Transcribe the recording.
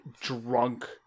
drunk